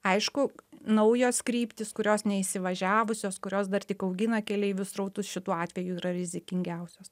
aišku naujos kryptys kurios neįsivažiavusios kurios dar tik augina keleivių srautus šituo atveju yra rizikingiausios